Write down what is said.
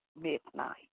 midnight